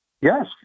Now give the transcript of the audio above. Yes